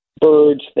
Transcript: birds